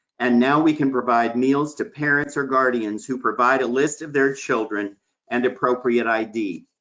and now we can provide meals to parents or guardians who provide a list of their children and appropriate id.